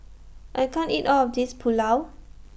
I can't eat All of This Pulao